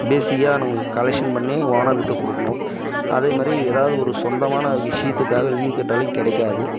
பேசிக்காக நமக்கு கலெக்ஷன் பண்ணி ஓனர் கிட்டே கொடுக்குணும் அதே மாதிரி எதாவது ஒரு சொந்தமான விஷயத்துக்காக லீவ் கேட்டாலும் கிடைக்காது